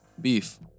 Beef